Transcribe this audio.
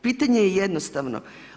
Pitanje je jednostavno.